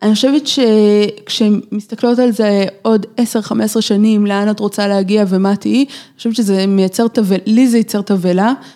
אני חושבת שכשמסתכלות על זה עוד 10-15 שנים לאן את רוצה להגיע ומה תהי, אני חושבת שזה מייצר תבהלה, לי זה ייצר תבהלה.